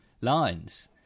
lines